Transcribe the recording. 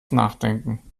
nachdenken